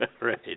Right